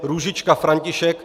Růžička František